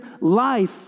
life